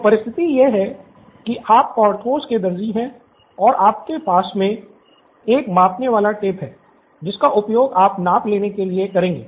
तो परिस्थिति यह है आप पोर्थोस के दर्जी हैं और आपके पास में एक मापने वाला टेप है जिसका उपयोग आप नाप लेने के लिए करेंगे